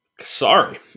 Sorry